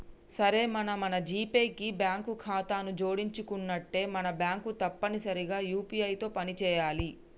సరే మరి మన జీపే కి బ్యాంకు ఖాతాను జోడించనుంటే మన బ్యాంకు తప్పనిసరిగా యూ.పీ.ఐ తో పని చేయాలి